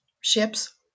ships